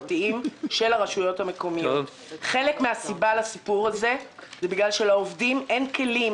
חלק מן הסיבה לסיפור הזה היא כי לעובדים אין כלים